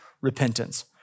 repentance